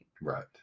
Right